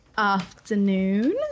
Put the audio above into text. afternoon